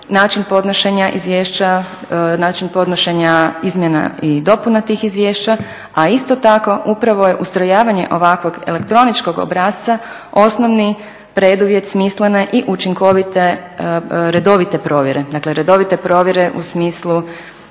način podnošenja izmjena i dopuna tih izvješća, a isto tako upravo je ustrojavanje ovakvog elektroničkog obrasca osnovni preduvjet smislene i učinkovite redovite provjere. Dakle redovite provjere u smislu